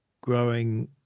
growing